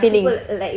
err lays